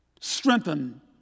Strengthen